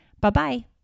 Bye-bye